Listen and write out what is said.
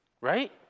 right